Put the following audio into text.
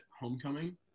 homecoming